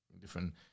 different